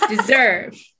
deserve